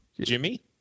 Jimmy